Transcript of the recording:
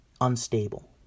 unstable